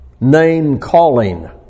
Name-calling